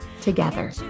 together